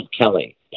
Kelly